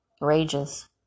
rages